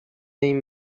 این